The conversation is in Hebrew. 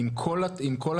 עם כל השחקנים,